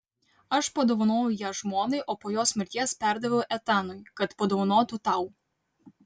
aš padovanojau ją žmonai o po jos mirties perdaviau etanui kad padovanotų tau